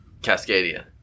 Cascadia